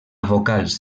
vocals